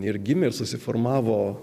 ir gimė ir susiformavo